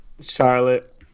charlotte